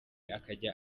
akajya